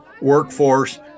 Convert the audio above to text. workforce